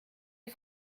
die